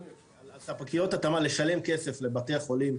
על ספקיות התמ"ל לשלם כסף לבתי החולים,